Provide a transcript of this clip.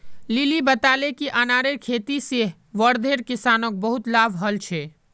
lily बताले कि अनारेर खेती से वर्धार किसानोंक बहुत लाभ हल छे